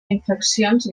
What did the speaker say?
infeccions